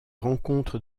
rencontre